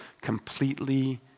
completely